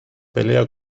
pelea